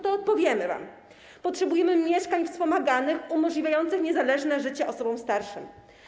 To odpowiemy wam: Potrzebujemy mieszkań wspomaganych umożliwiających niezależne życie osobom starszym.